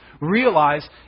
realize